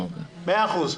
מאה אחוז.